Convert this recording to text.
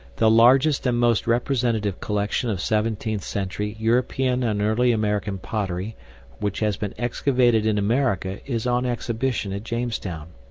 the largest and most representative collection of seventeenth century european and early american pottery which has been excavated in america is on exhibition at jamestown.